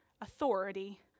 authority